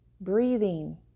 breathing